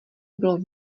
bylo